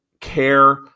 care